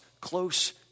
close